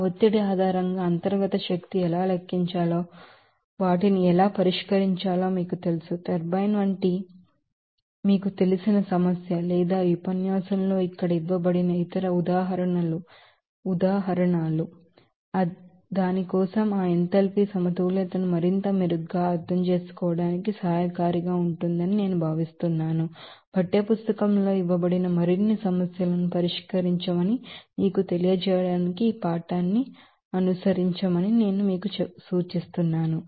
ఆ ఒత్తిడి ఆధారంగా ఇంటర్నల్ ఎనర్జీని ఎలా లెక్కించాలో ఎలా లెక్కించాలి వాటిని ఎలా పరిష్కరించాలో మీకు తెలుసు టర్బైన్ వంటి మీకు తెలిసిన సమస్య లేదా ఈ ఉపన్యాసంలో ఇక్కడ ఇవ్వబడిన ఇతర ఉదాహరణలు అది దాని కోసం ఆ ఎంథాల్పీ సమతుల్యతను మరింత మెరుగ్గా అర్థం చేసుకోవడానికి సహాయకారిగా ఉంటుందని నేను భావిస్తున్నాను పాఠ్యపుస్తకంలో ఇవ్వబడిన మరిన్ని సమస్యలను పరిష్కరించమని మీకు తెలియజేయడానికి ఈ పాఠాన్ని అనుసరించమని నేను మీకు సూచిస్తున్నాను